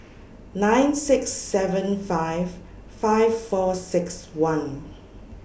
nine six seven five five four six one